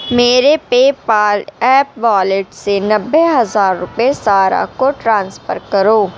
میرے PayPal app wallet سے نوے ہزار روپے سارہ کو ٹرانسفر کرو